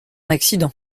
accident